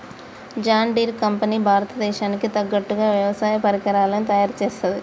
John Deere company Bharat దేశానికి తగ్గట్టుగా వ్యవసాయ పరికరాలను తయారుచేస్తది